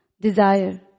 Desire